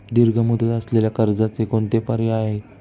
दीर्घ मुदत असलेल्या कर्जाचे कोणते पर्याय आहे?